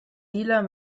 dealer